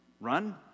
run